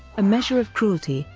a measure of cruelty,